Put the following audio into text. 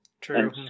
True